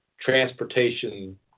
transportation